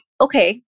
okay